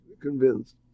convinced